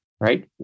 right